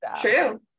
True